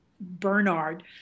Bernard